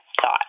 thought